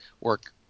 work